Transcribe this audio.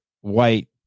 white